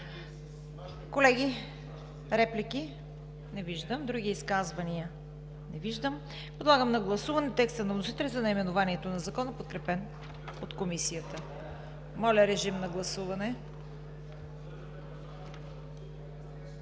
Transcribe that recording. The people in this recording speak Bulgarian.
Колеги, реплики? Не виждам. Други изказвания? Не виждам. Подлагам на гласуване текста на вносителя за наименованието на Закона, подкрепен от Комисията. Гласували